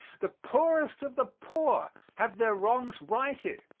the poorest of the poor have their wrongs righted.